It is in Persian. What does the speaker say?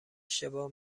اشتباه